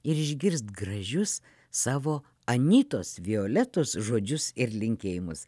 ir išgirst gražius savo anytos violetos žodžius ir linkėjimus